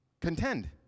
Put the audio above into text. Contend